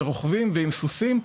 ורוכבים ועם סוסים,